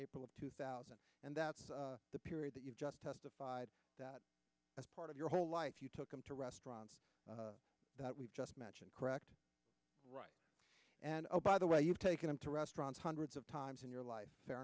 april of two thousand and that's the period that you've just testified that as part of your whole life you took him to restaurants that we've just mentioned correct right and oh by the way you've taken him to restaurants hundreds of times in your life fair